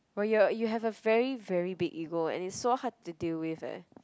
but you are a you have a very very big ego and it's so hard to deal with eh